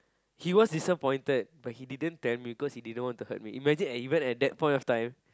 he was disappointed but he didn't tell me because he didn't want to hurt me imagine even at that point of them